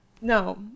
No